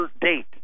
date